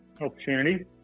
opportunity